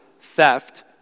theft